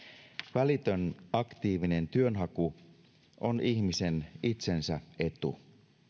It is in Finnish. välitön aktiivinen työnhaku on ihmisen itsensä etu